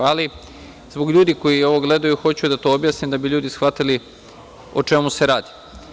Ali, zbog ljudi koji ovo gledaju, hoću da to objasnim, da bi ljudi shvatili o čemu se radi.